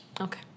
Okay